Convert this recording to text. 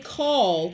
call